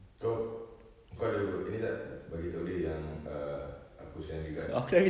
kau kau ada ba~ ini tak bagi tahu dia yang err aku send regards